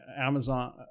Amazon